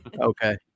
Okay